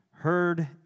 Heard